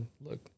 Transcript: look